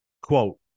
quote